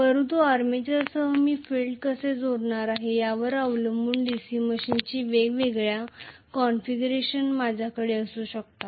परंतु आर्मेचरसह मी फील्ड कसे जोडणार आहे यावर अवलंबून DC मशीनची वेगवेगळी कॉन्फिगरेशन माझ्याकडे असू शकतात